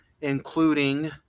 including